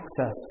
access